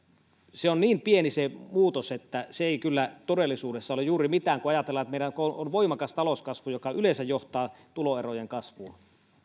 se on niin pieni muutos että se ei kyllä todellisuudessa ole juuri mitään kun ajatellaan että meillä on voimakas talouskasvu joka yleensä johtaa tuloerojen kasvuun